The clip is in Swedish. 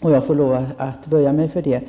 Jag får lov att böja mig för det.